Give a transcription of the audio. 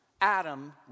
Adam